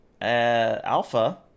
alpha